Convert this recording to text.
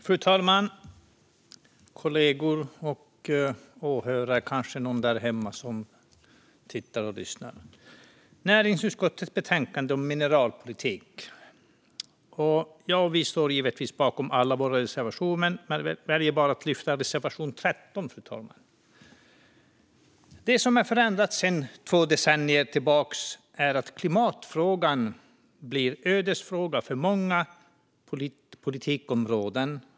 Fru talman, kollegor och åhörare! Det är kanske någon därhemma som tittar och lyssnar. Vi debatterar näringsutskottets bestänkande om mineralpolitik. Vi står givetvis bakom alla våra reservationer. Men jag väljer att bara lyfta fram och yrka bifall till reservation 13, fru talman. Det som är förändrat sedan två decennier tillbaka är att klimatfrågan blir en ödesfråga för många politikområden.